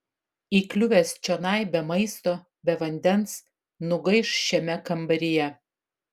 įkliuvęs čionai be maisto be vandens nugaiš šiame kambaryje